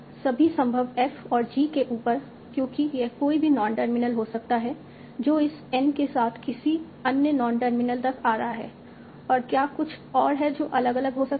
सभी संभव f और g के ऊपर क्योंकि यह कोई भी नॉन टर्मिनल हो सकता है जो इस N के साथ किसी अन्य नॉन टर्मिनल तक आ रहा है और क्या कुछ और है जो अलग अलग हो सकता है